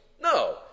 No